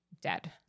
dead